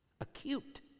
Acute